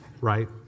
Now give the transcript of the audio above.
Right